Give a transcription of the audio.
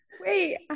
Wait